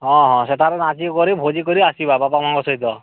ହଁ ହଁ ସେଠାରେ ନାଚିକରି ଭୋଜି କରି ଆସିବା ବାପା ମା'ଙ୍କ ସହିତ